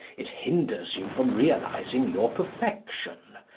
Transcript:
it hinders you from realising your perfection.